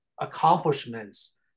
accomplishments